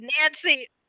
Nancy